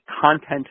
content